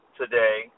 today